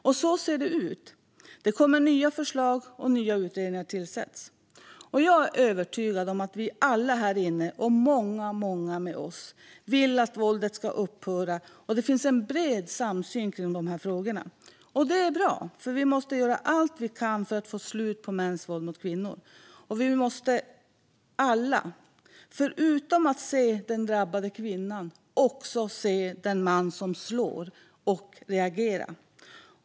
Och så ser det ut: Det kommer nya förslag, och nya utredningar tillsätts. Jag är övertygad om att vi alla här inne, och många med oss, vill att våldet ska upphöra. Det finns en bred samsyn kring dessa frågor. Det är bra, för vi måste alla göra allt vi kan för att få ett slut på mäns våld mot kvinnor. Och förutom att se den drabbade kvinnan måste vi alla även se den man som slår - och vi måste reagera.